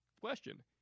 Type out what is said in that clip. question